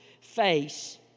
face